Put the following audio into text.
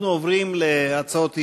אנחנו עוברים להצעות אי-אמון.